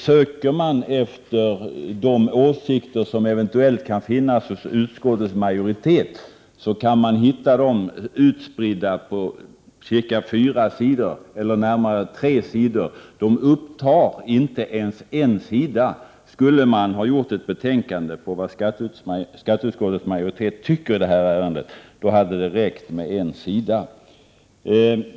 Söker man efter de åsikter som eventuellt kan finnas hos utskottets majoritet, hittar man dem utspridda på närmare tre sidor, men de upptar inte ens en sida sammanlagt. Om man hade skrivit ett betänkande om vad skatteutskottets majoritet tycker i detta ärende, hade det räckt med en sida.